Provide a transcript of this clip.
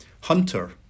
Hunter